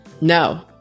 No